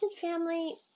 family